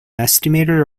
estimator